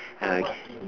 uh okay